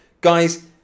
guys